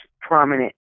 prominent